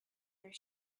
their